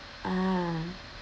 ah